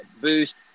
boost